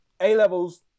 A-levels